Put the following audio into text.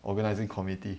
organising committee